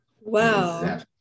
Wow